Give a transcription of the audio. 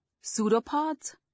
Pseudopods